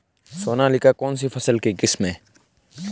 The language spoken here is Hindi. सोनालिका कौनसी फसल की किस्म है?